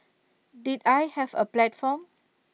did I have A platform